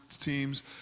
teams